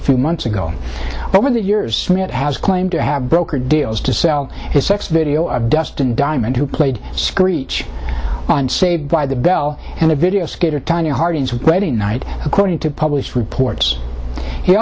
a few months ago but one that years it has claimed to have brokered deals to sell his sex video of dustin diamond who played screech on saved by the bell and the video skater tonya harding sweating night according to published reports he